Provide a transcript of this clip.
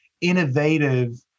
innovative